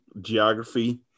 geography